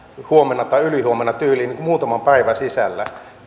huomenna tai ylihuomenna tyyliin muutaman päivän sisällä